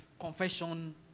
confession